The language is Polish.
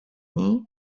niej